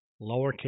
lowercase